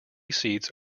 seats